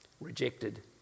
Rejected